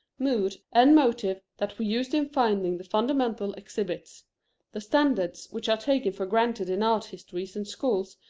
mood, and motive that we used in finding the fundamental exhibits the standards which are taken for granted in art histories and schools,